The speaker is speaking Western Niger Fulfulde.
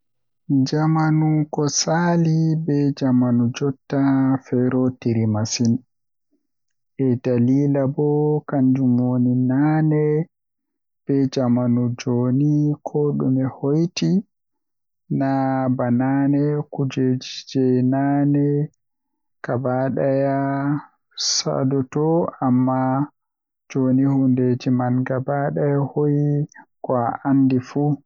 Jamanu ko saali be jamanu jotta feerotiri masin, eh dalila bo kanjum woni naane be jamanu jooni ko dume hoiti naa ba naane kujeeji jei nane gada daya satodo amma jooni hundeeji man gaba daya hoyi ko a andi fuu.